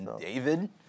David